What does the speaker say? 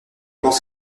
pense